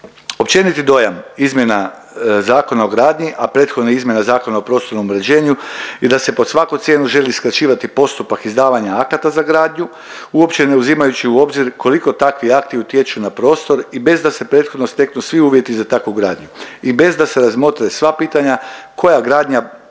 Općeniti dojam izmjena Zakona o gradnji, a prethodno izmjena Zakona o prostornom uređenju i da se pod svaku cijenu želi skraćivati postupak izdavanja akata za gradnju, uopće ne uzimajući u obzir koliko takvi akti utječu na prostor i bez da se prethodno steknu svi uvjeti za takvu gradnju i bez da se razmotre sva pitanja koja gradnja